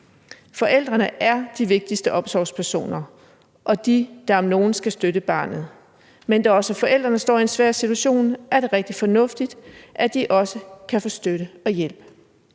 Forældrene er de vigtigste omsorgspersoner og dem, der om nogen skal støtte barnet, men da også forældrene står i en svær situation, er det rigtig fornuftigt, at de også kan få støtte og hjælp.